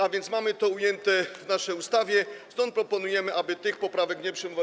A więc mamy to ujęte w naszej ustawie, stąd proponujemy, aby tych poprawek nie przyjmować.